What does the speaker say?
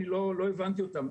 אני לא הבנתי אותם.